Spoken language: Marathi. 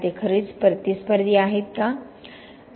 ते खरेच प्रतिस्पर्धी आहेत की